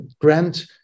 grant